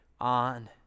on